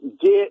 get